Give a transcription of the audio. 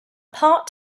part